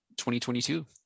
2022